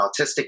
autistic